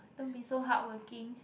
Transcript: don't be so hardworking